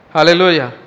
Hallelujah